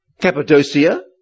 Cappadocia